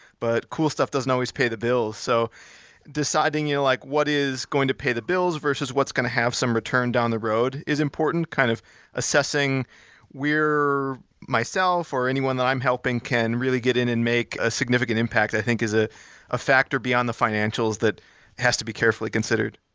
but cool stuff doesn't always pay the bills. so deciding you know like what is going to pay the bills versus what's going to have some returned on the road is important. kind of assessing where myself or anyone that i'm helping can really get in and make a significant impact i think is ah a factor beyond the financials that has to be carefully considered.